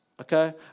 okay